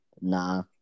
Nah